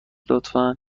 لطفا